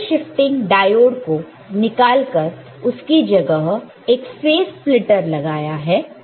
level shifting diode को निकालकर उसके जगह एक फेस स्प्लिटर लगाया है